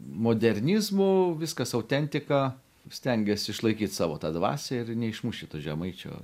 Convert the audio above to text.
modernizmų viskas autentika stengiasi išlaikyt savo tą dvasią ir neišmuši tų žemaičių